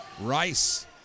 Rice